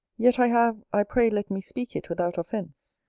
yet i have, i pray let me speak it without offence,